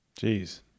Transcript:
Jeez